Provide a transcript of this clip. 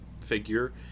figure